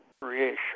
creation